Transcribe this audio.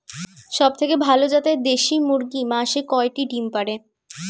সবথেকে ভালো জাতের দেশি মুরগি মাসে কয়টি ডিম পাড়ে?